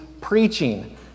preaching